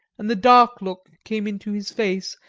and the dark look came into his face,